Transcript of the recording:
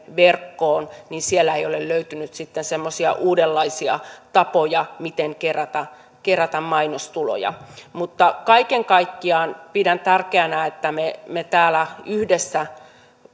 verkkoon siellä ei ole löytynyt sitten semmoisia uudenlaisia tapoja miten kerätä kerätä mainostuloja mutta kaiken kaikkiaan pidän tärkeänä että me me täällä yhdessä